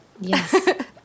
Yes